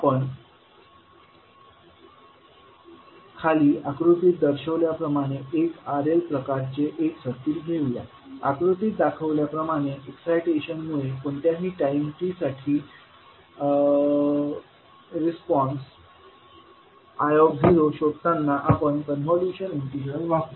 आपण खाली आकृतीत दर्शविल्याप्रमाणे एक RL प्रकारचे एक सर्किट घेऊया आकृतीत दाखविल्याप्रमाणे एक्साइटेशन मुळे कोणत्याही टाईम t साठी रिस्पॉन्स i0 शोधताना आपण कॉन्व्होल्यूशन इंटिग्रल वापरू